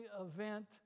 event